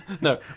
no